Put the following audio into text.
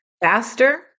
faster